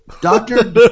Doctor